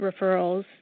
referrals